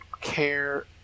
care